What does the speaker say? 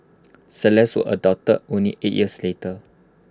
celeste was adopted only eight years later